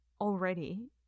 already